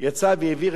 יצא והעביר